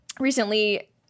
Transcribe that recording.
recently